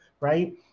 right